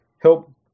help